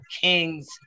kings